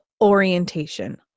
orientation